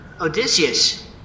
Odysseus